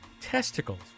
Testicles